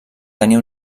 tenia